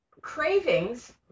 cravings